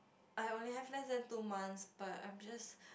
I only have less than two months but I'm just